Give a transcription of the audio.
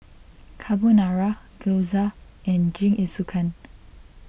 Carbonara Gyoza and Jingisukan